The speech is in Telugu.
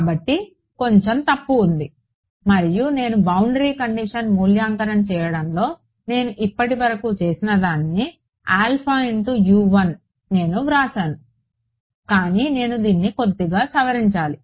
కాబట్టి కొంచెం తప్పు ఉంది మరియు నేను బౌండరీ కండిషన్ మూల్యాంకనం చేయడంలో నేను ఇప్పటివరకు చెప్పినదానిని నేను వ్రాశాను కానీ నేను దీన్ని కొద్దిగా సవరించాలి